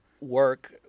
work